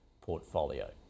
portfolio